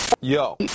Yo